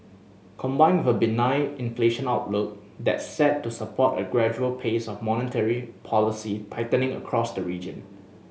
combined with a benign inflation outlook that's set to support a gradual pace of monetary policy tightening across the region